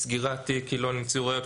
סגירת תיק כי לא נמצאו ראיות.